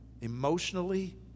emotionally